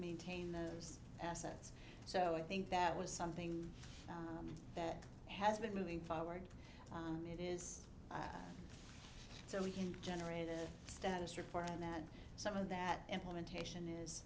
maintain those assets so i think that was something that has been moving forward and it is so we can generate a status report and that some of that implementation is